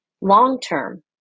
long-term